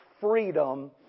freedom